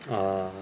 ah